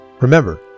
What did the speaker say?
Remember